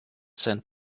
sent